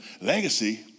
Legacy